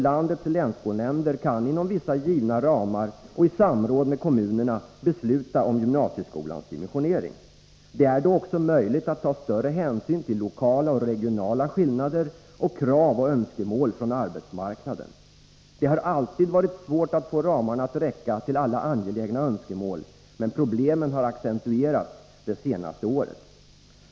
Landets länsskolnämnder kan inom vissa givna ramar och i samråd med kommunerna besluta om gymnasieskolans dimensionering. Det är då också möjligt att ta större hänsyn till lokala och regionala skillnader samt krav och önskemål från arbetsmarknaden. Det har alltid varit svårt att få ramarna att räcka till alla angelägna önskemål, men problemen har accentuerats under det senaste året.